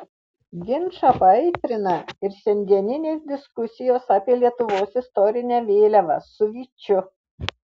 ginčą paaitrina ir šiandieninės diskusijos apie lietuvos istorinę vėliavą su vyčiu